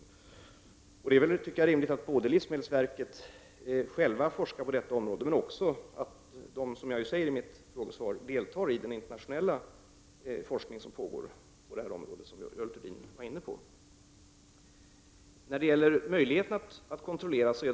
Jag tycker att det är rimligt att livsmedelsverket självt forskar på detta område, men att livsmedelsverket också — som jag sade i mitt svar — skall delta i den internationella forskning som pågår på detta område, som Görel Thurdin var inne på.